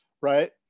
right